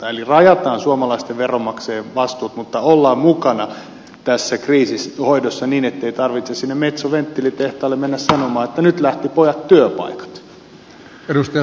eli rajataan suomalaisten veronmaksajien vastuut mutta ollaan mukana tässä kriisinhoidossa niin ettei tarvitse sinne metson venttiilitehtaalle mennä sanomaan että nyt lähti pojat työpaikat